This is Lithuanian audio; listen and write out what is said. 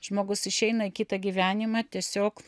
žmogus išeina į kitą gyvenimą tiesiog